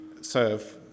serve